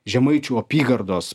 žemaičių apygardos